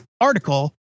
article